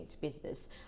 Business